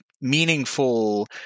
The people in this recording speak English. meaningful